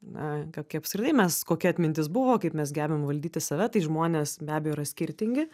na kokie apskritai mes kokia atmintis buvo kaip mes gebame valdyti save žmonės be abejo yra skirtingi